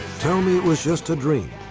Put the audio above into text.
tell me it was just a dream,